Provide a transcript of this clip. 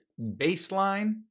baseline